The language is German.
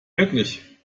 wirklich